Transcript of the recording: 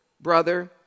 brother